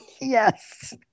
Yes